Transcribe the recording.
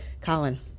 Colin